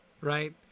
right